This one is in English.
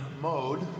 mode